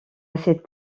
assez